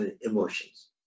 emotions